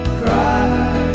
cry